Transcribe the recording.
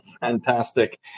fantastic